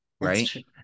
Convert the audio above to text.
right